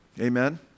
Amen